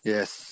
Yes